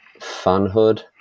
fanhood